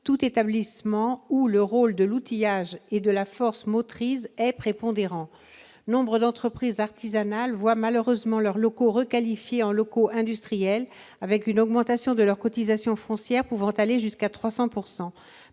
tout établissement « où le rôle de l'outillage et de la force motrice est prépondérant ». Nombre d'entreprises artisanales voient malheureusement leurs locaux requalifiés en locaux industriels, avec une augmentation de leur cotisation foncière pouvant aller jusqu'à 300 %.